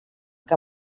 que